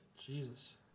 Jesus